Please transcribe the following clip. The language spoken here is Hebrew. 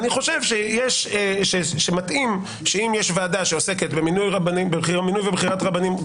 אני חושב שאם יש ועדה שעוסקת במינוי ובחירת רבנים,